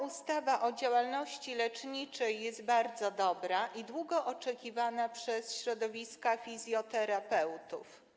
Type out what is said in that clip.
Ustawa o działalności leczniczej jest bardzo dobra i była długo oczekiwana przez środowiska fizjoterapeutów.